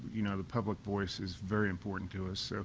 you know the public voice is very important to us.